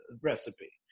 recipe